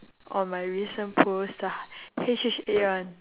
on my recent post ah H_H_N one